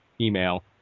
email